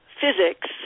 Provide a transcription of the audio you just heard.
physics